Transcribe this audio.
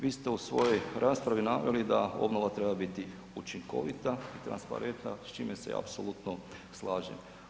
Vi ste u svojoj raspravi naveli da obnova treba biti učinkovita, transparentna s čime se apsolutno slažem.